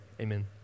Amen